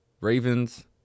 Ravens